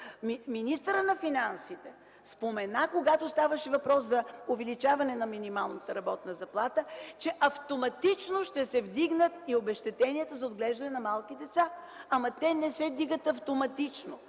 Министърът на финансите спомена, когато ставаше въпрос за увеличаване на минималната работна заплата, че автоматично ще се вдигнат и обезщетенията за отглеждане на малки деца. Но те не се вдигат автоматично!